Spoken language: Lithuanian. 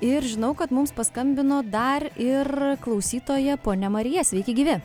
ir žinau kad mums paskambino dar ir klausytoja ponia marija sveiki gyvi